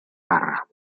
parra